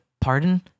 pardon